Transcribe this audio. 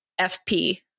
FP